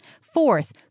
Fourth